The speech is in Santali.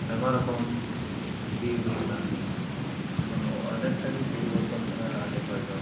ᱟᱭᱢᱟ ᱨᱚᱠᱚᱢ ᱜᱮ ᱦᱩᱭᱩᱜ ᱠᱟᱱ ᱜᱮᱭᱟ ᱮᱠᱷᱚᱱ ᱚᱱᱮᱠᱴᱟ ᱜᱮ ᱯᱚᱨᱤ ᱵᱚᱨᱛᱚᱱ ᱟᱠᱟᱱᱟ ᱞᱟᱦᱟᱛᱮ ᱠᱷᱚᱱ ᱫᱚ